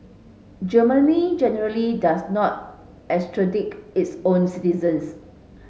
Germany generally does not extradite its own citizens